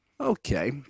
Okay